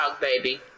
baby